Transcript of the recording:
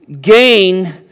gain